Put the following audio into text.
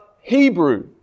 Hebrew